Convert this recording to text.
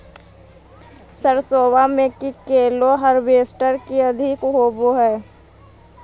सरसोबा मे की कैलो हारबेसटर की अधिक होब है?